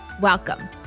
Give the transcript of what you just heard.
Welcome